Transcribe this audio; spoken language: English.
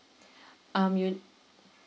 um you